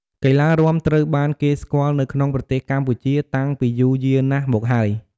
កីឡារាំត្រូវបានគេស្គាល់នៅក្នុងប្រទេសកម្ពុជាតាំងពីយូរយារណាស់មកហើយ។